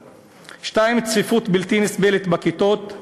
2. צפיפות בלתי נסבלת בכיתות,